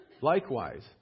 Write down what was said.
Likewise